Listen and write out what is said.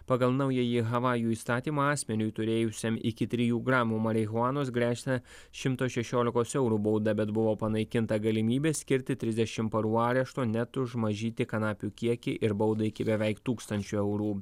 pagal naująjį havajų įstatymą asmeniui turėjusiam iki trijų gramų marihuanos gresia šimto šešiolikos eurų bauda bet buvo panaikinta galimybė skirti trisdešim parų arešto net už mažytį kanapių kiekį ir baudą iki beveik tūkstančio eurų